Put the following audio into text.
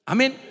Amen